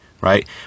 Right